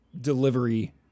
delivery